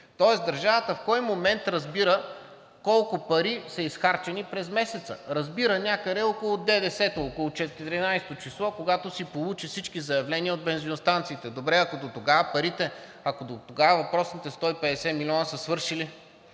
Тоест държавата в кой момент разбира колко пари са изхарчени през месеца? Разбира някъде около ДДС-то – около 14-о число, когато си получи всички заявления от бензиностанциите. Добре, а ако дотогава въпросните 150 милиона са свършили?